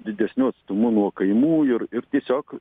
didesniu atstumu nuo kaimų ir ir tiesiog